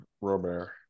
Robert